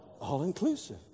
all-inclusive